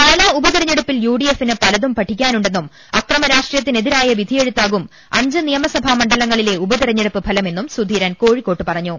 പാലാ ഉപതെരഞ്ഞെടുപ്പിൽ U D എഫിന് പലതും പഠി ക്കാനുണ്ടെന്നും അക്രമം രാഷ്ട്രീയത്തിനെതിരായ വിധിയെഴു ത്താകും അഞ്ച് നിയമസഭാ മണ്ഡലങ്ങളിലെ ഉപതെരഞ്ഞെടുപ്പ് ഫലമെന്നും സുധീരൻ കോഴിക്കോട് പറഞ്ഞു